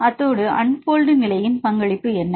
அத்தோடு அன்போல்டு நிலையின் பங்களிப்பு என்ன